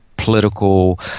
political